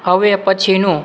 હવે પછીનું